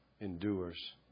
endures